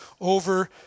over